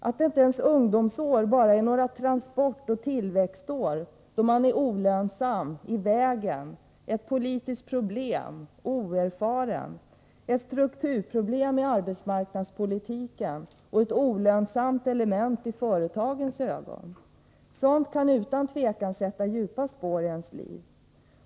Att inte ens ungdomsår bara är några transportoch tillväxtår, då man är olönsam, i vägen, ett politiskt problem, oerfaren — ett strukturproblem i arbetsmarknadspolitiken och ett olönsamt element i företagens ögon. Sådant kan utan tvivel sätta djupa spår i ens liv.